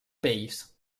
pells